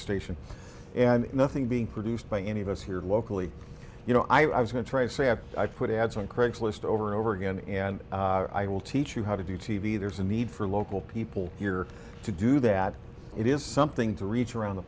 station and nothing being produced by any of us here locally you know i was going to try to say i've put ads on craigslist over and over again and i will teach you how to do t v there's a need for local people here to do that it is something to reach around the